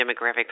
demographic